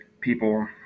people